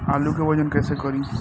आलू के वजन कैसे करी?